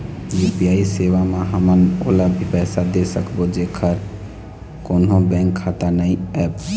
UPI सेवा म हमन ओला भी पैसा दे सकबो जेकर कोन्हो बैंक खाता नई ऐप?